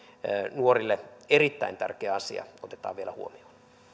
nuorille erittäin tärkeä asia otetaan vielä huomioon